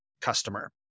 customer